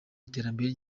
iterambere